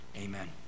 Amen